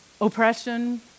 Oppression